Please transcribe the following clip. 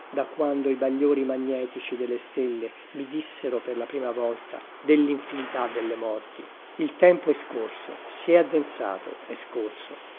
da quando i bagliori magnetici delle stelle mi dissero per la prima volta dell'infinità delle morti il tempo è scorso si è addensato è scorso